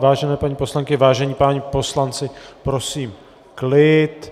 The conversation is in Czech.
Vážené paní poslankyně, vážení páni poslanci, prosím klid.